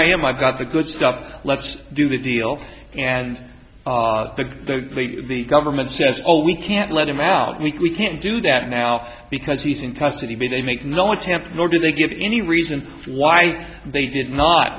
i am i've got the good stuff let's do the deal and the government says oh we can't let him out we can't do that now because he's in custody they make no attempt nor did they give any reason why they did not